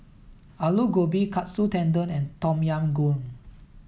Alu Gobi Katsu Tendon and Tom Yam Goong